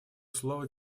слово